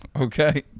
okay